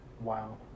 Wow